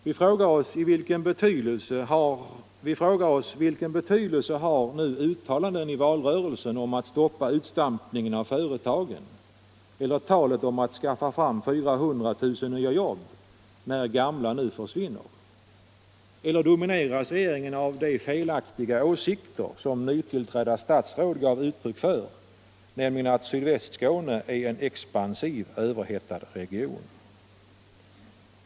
Vi frågar oss: Vilken betydelse har uttalanden i valrörelsen om att stoppa utstampningen av företagen eller talet om att skaffa fram 400 000 nya jobb när gamla nu försvinner? Eller domineras regeringen av de felaktiga åsikter som nytillträdda stadsråd gav uttryck för, nämligen att Sydvästskåne är en expansiv, överhettad region?